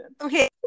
Okay